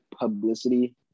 publicity